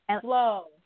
flow